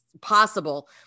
possible